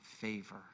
favor